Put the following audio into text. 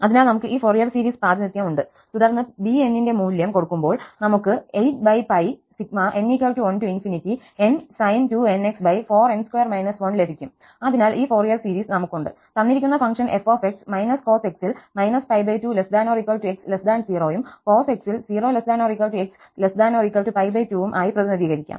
അതിനാൽ നമുക് ഈ ഫൊറിയർ സീരീസ് പ്രാതിനിധ്യം ഉണ്ട് തുടർന്ന് bn ന്റെ മൂല്യം കൊടുക്കുമ്പോൾ നമുക്ക് 8n1n sin 2nx4n2 1ലഭിക്കും അതിനാൽ ഈ ഫൊറിയർ സീരീസ് നമുക്കുണ്ട് തന്നിരിക്കുന്ന ഫംഗ്ഷൻ f − cos x ൽ −2≤ x 0 യും cos x ൽ 0 ≤ x ≤ 2 വും ആയി പ്രതിനിധീകരിക്കാം